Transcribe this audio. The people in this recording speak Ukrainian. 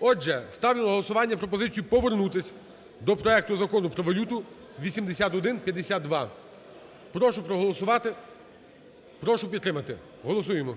Отже, ставлю на голосування пропозицію повернутися до проекту Закону про валюту (8152). Прошу проголосувати, прошу підтримати, голосуємо,